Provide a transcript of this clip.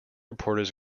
reporters